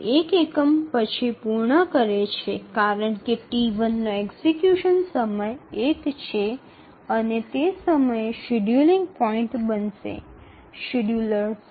এটি এক ইউনিটের পরে সম্পূর্ণ হয় কারণ T1 এর এক্সিকিউশন সময় ১ হয় এবং সেই সময়ে একটি শিডিয়ুলার পয়েন্টটি নির্ধারণ করে